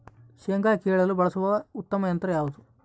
ಶೇಂಗಾ ಕೇಳಲು ಬಳಸುವ ಉತ್ತಮ ಯಂತ್ರ ಯಾವುದು?